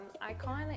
icon